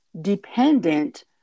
dependent